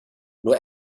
nur